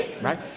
right